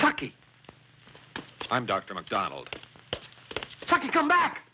talking i'm dr mcdonald talking come back